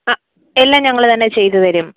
ആ എല്ലാം ഞങ്ങൾ തന്നെ ചെയ്തു തരും